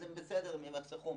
הם יחסכו.